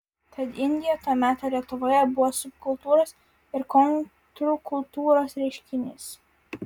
tad indija to meto lietuvoje buvo subkultūros ir kontrkultūros reiškinys